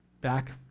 back